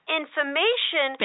information